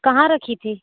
कहाँ रखी थी